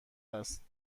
است